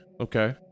Okay